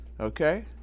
okay